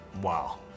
wow